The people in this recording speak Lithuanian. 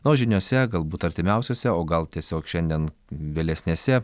na o žiniose galbūt artimiausiose o gal tiesiog šiandien vėlesnėse